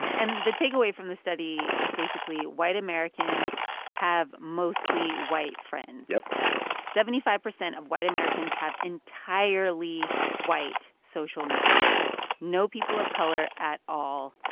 and the takeaway from the study is, basically, white americans have mostly white friends yup seventy-five percent of white americans have entirely white social networks no people of color at all.